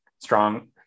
strong